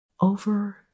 over